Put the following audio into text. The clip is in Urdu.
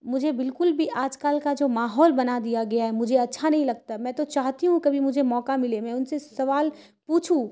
مجھے بالکل بھی آج کل کا جو ماحول بنا دیا گیا ہے مجھے اچھا نہیں لگتا میں تو چاہتی ہوں کبھی مجھے موقع ملے میں ان سے سوال پوچھوں